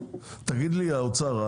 נציג האוצר,